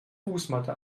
fußmatte